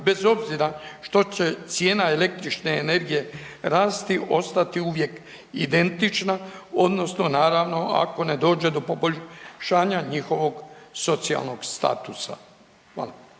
bez obzira što će cijena električne energije rasti, ostati uvijek identična odnosno, naravno, ako ne dođe do poboljšanja njihovog socijalnog statusa? Hvala.